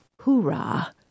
hoorah